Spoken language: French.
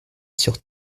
sur